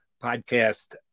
podcast